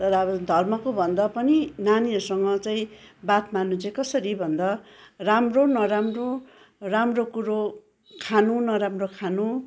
तर अब धर्मको भन्दा पनि नानीहरूसँग चाहिँ बात मार्नु चाहिँ कसरी भन्दा राम्रो नराम्रो राम्रो कुरो खानु नराम्रो खानु